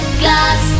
glass